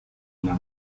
una